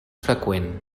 freqüent